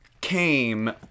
came